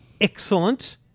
excellent